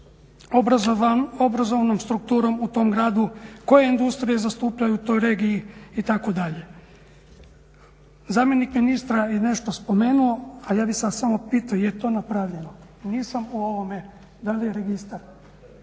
obrazovnom strukturom u tom gradu, koje industrije zastupaju u toj regiji itd. Zamjenik ministra je nešto spomenuo, a ja bih sad samo pitao je li to napravljeno? Nisam u ovome, da li je registar?